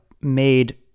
made